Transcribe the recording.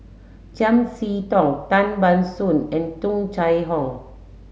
Chiam See Tong Tan Ban Soon and Tung Chye Hong